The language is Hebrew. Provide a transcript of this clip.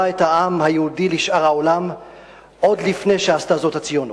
את העם היהודי לשאר העולם עוד לפני שעשתה זאת הציונות.